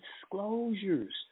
disclosures